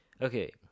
Okay